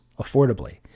affordably